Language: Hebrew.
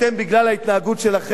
בגלל ההתנהגות שלכם,